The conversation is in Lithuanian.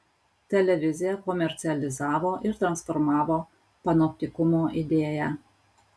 televizija komercializavo ir transformavo panoptikumo idėją